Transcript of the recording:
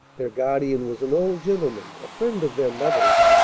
their guardian was an old gentleman, a friend of their mother's.